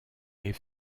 est